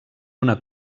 una